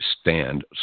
stand